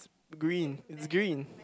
green it's green